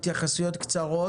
התייחסויות קצרות.